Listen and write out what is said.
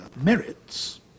merits